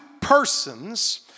persons